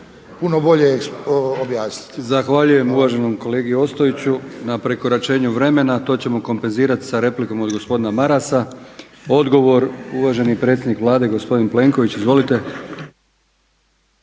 puno bolje objasniti.